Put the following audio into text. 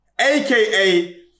AKA